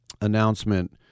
announcement